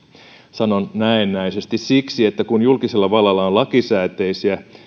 sanon näennäisesti siksi että kun julkisella vallalla on lakisääteisiä